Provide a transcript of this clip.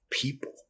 people